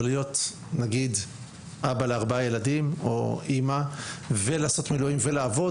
אבל להיות אבא לארבעה ילדים או אימא ולעשות מילואים ולעבוד,